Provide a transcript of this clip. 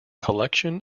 collection